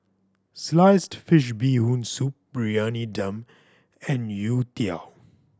sliced fish Bee Hoon Soup Briyani Dum and youtiao